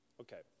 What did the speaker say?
Okay